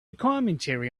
commentary